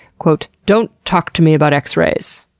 don't talk to me about x-rays,